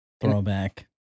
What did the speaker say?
throwback